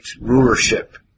rulership